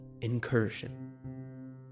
incursion